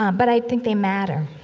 um but i think they matter.